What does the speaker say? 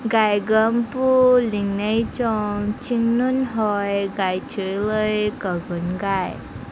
ꯒꯥꯏꯒꯝꯄꯨ ꯂꯤꯡꯅꯩꯆꯣꯡ ꯆꯤꯡꯅꯨꯟꯍꯣꯏ ꯒꯥꯏꯆꯨꯏꯂꯨꯏ ꯀꯒꯨꯟꯒꯥꯏ